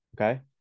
okay